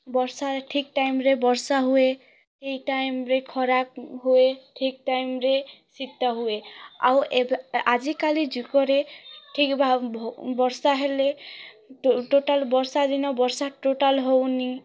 ବର୍ଷାରେ ଠିକ ଟାଇମ୍ରେ ବର୍ଷାହୁଏ ଠିକ ଟାଇମ୍ରେ ଖରା ହୁଏ ଠିକ ଟାଇମ୍ରେ ଶୀତ ହୁଏ ଆଉ ଏବେ ଆଜିକାଲି ଯୁଗରେ ଠିକ ଭାବ ଭ ବର୍ଷା ହେଲେ ଟୋ ଟୋଟାଲ ବର୍ଷାଦିନ ବର୍ଷା ଟୋଟାଲ ହଉନି